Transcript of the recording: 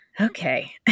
Okay